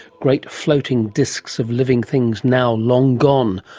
great floating discs of living things now long gone,